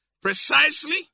precisely